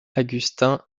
agustín